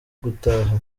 gutaha